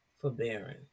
forbearing